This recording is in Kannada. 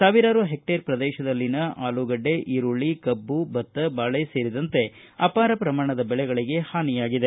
ಸಾವಿರಾರು ಹೆಕ್ವೇರ್ ಪ್ರದೇಶದಲ್ಲಿನ ಆಲೂಗಡ್ಡೆ ಈರುಳ್ಳಿ ಕಬ್ಬು ಭತ್ತ ಬಾಳೆ ಸೇರಿದಂತೆ ಅಪಾರ ಪ್ರಮಾಣದ ಬೆಳೆಗಳಿಗೆ ಹಾನಿಯಾಗಿದೆ